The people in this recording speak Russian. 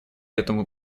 этому